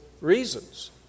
reasons